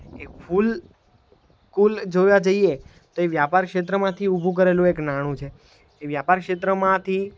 એ ફૂલ કુલ જોવા જઈએ તો એ વ્યાપાર ક્ષેત્રમાંથી ઊભું કરેલું એક નાણું છે એ વ્યાપાર ક્ષેત્રમાંથી